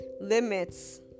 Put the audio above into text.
limits